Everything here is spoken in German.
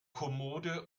kommode